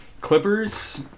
Clippers